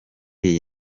iyi